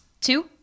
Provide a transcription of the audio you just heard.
Two